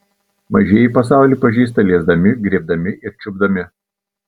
mažieji pasaulį pažįsta liesdami griebdami ir čiupdami